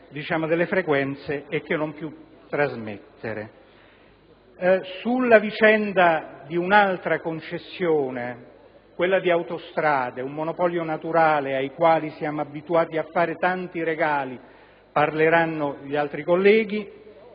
assegnate le frequenze ma che non può trasmettere. Sulla vicenda poi di un'altra concessione, quella di Autostrade, un monopolio naturale cui siamo abituati a fare tanti regali, ne parleranno gli altri colleghi;